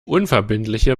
unverbindliche